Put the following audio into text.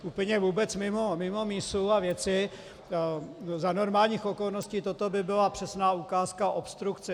Úplně vůbec mimo mísu a věci za normálních okolností toto by byla přesná ukázka obstrukce.